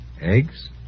Eggs